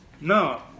No